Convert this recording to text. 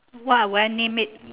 what would I name it